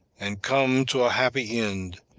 and come to a happy end,